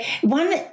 One